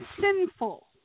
Sinful